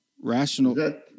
Rational